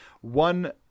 one